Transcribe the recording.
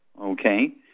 Okay